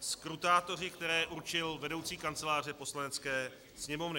skrutátoři, které určil vedoucí Kanceláře Poslanecké sněmovny.